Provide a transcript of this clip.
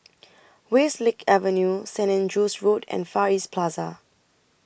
Westlake Avenue Stain Andrew's Road and Far East Plaza